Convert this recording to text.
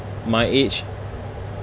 my age